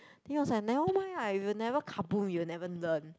then he was like never mind ah if you never kaboom you will never learn